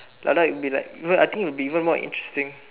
ladakh will be like even I think it would be even more interesting